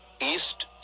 East